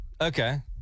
Okay